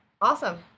awesome